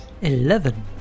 Eleven